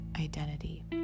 identity